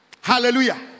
hallelujah